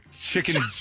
chicken